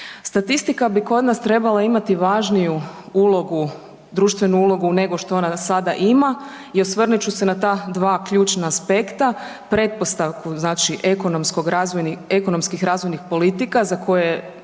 Statistika bi kod nas trebala imati važniju ulogu društvenu ulogu nego što ona sada ima i osvrnut ću se na ta dva ključna aspekta, pretpostavku ekonomskih razvojnih politika za koje